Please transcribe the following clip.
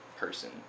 person